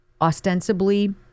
ostensibly